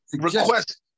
request